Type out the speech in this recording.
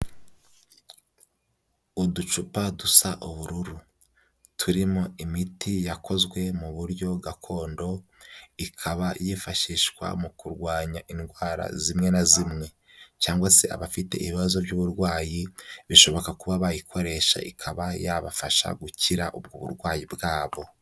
Uducupa dusa ubururu, turimo imiti yakozwe mu buryo gakondo ikaba yifashishwa mu kurwanya indwara zimwe na zimwe, cyangwa se abafite ibibazo by'uburwayi bishoboka kuba bayikoresha ikaba yabafasha gukira ubwo burwayi bwabo.